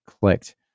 clicked